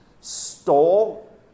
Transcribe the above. stole